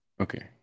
Okay